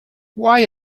why